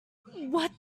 what